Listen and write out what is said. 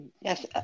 Yes